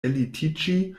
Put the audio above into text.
ellitiĝi